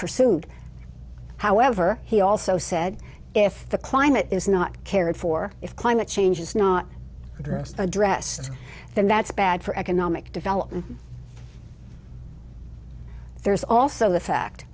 pursued however he also said if the climate is not cared for if climate change is not addressed addressed then that's bad for economic development there's also the fact